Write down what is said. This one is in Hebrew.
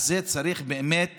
זה צריך באמת